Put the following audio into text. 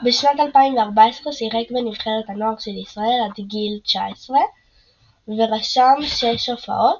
בשנת 2014 שיחק בנבחרת הנוער של ישראל עד גיל 19 ורשם שש הופעות,